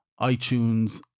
iTunes